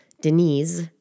Denise